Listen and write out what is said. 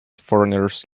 foreigners